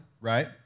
right